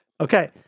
Okay